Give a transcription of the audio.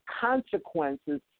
consequences